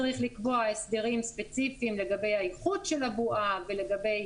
צריך לקבוע הסדרים ספציפיים לגבי האיכות של הבועה ולגבי